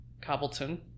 Cobbleton